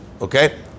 Okay